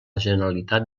generalitat